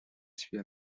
сфера